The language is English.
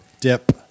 Dip